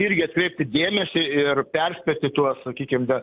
irgi atkreipti dėmesį ir perspėti tuos sakykim be